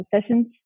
sessions